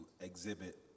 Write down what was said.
exhibit